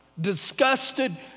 disgusted